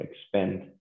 expand